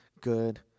good